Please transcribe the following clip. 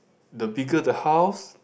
the bigger the house